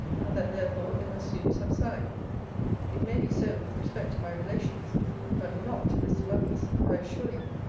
and that therefore it must soon subside it may be so with respect to my relations but not to mr. lovelace, i assure you.